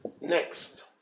Next